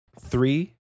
Three